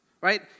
right